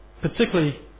particularly